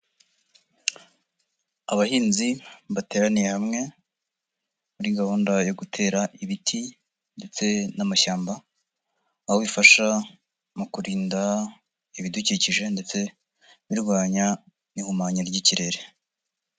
Abahinzi bateraniye hamwe muri gahunda yo gutera ibiti ndetse n'amashyamba aho bifasha mu kurinda ibidukikije ndetse birwanya ihumanya ry'ikirere.